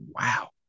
wow